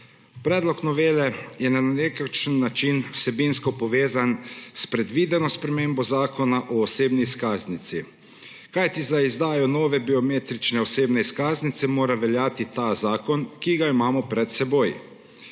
Predlog novele je na nekakšen način vsebinsko povezan s predvideno spremembo Zakona o osebni izkaznici, kajti za izdajo nove biometrične osebne izkaznice mora veljati ta zakon, ki ga imamo pred seboj.